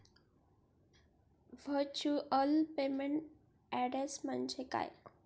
Virtual payment address म्हणजे काय?